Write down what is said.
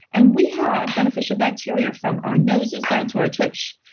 and we have beneficial bacteria from our noses down to our tush.